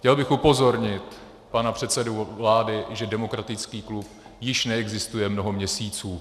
Chtěl bych upozornit pana předsedu vlády, že demokratický klub již neexistuje mnoho měsíců.